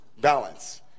balance